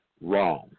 wrong